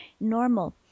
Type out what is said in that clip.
normal